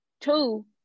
Two